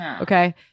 okay